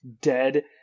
dead